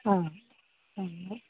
ആ പിന്നെ